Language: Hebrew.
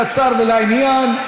קצר ולעניין.